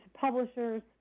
publishers